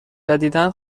جدیدا